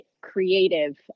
creative